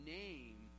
name